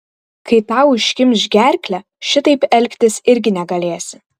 kai tau užkimš gerklę šitaip elgtis irgi negalėsi